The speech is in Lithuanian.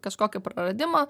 kažkokį praradimą